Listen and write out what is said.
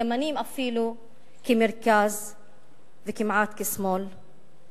ימנים אפילו כמרכז וכמעט כשמאל.